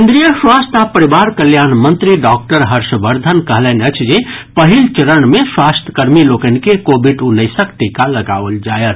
केन्द्रीय स्वास्थ्य आ परिवार कल्याण मंत्री डॉक्टर हर्षवर्धन कहलनि अछि जे पहिल चरण मे स्वास्थ्य कर्मी लोकनि के कोविड उन्नैसक टीका लगाओल जायत